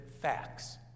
facts